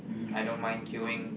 I don't mind queueing